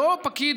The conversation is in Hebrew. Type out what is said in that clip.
לא פקיד,